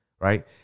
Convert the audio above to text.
Right